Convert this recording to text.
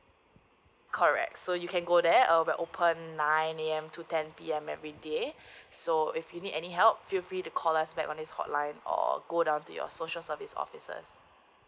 correct so you can go there we're open nine A_M to ten P_M everyday so if you need any help feel free to call us back on this hotline or go down to your social service officers